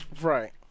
Right